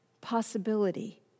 possibility